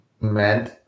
meant